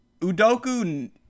Udoku